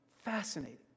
Fascinating